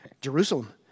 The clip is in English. Jerusalem